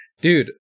Dude